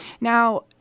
Now